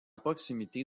proximité